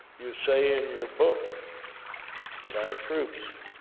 you say, in your book that our troops